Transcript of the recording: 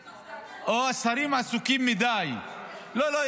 לא, לא.